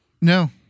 No